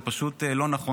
זה פשוט לא נכון.